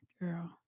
girl